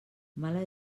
mala